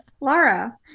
Laura